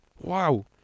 Wow